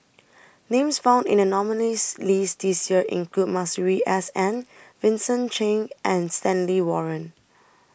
Names found in The nominees' list This Year include Masuri S N Vincent Cheng and Stanley Warren